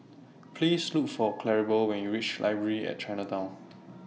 Please Look For Claribel when YOU REACH Library At Chinatown